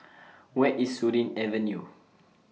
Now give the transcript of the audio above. Where IS Surin Avenue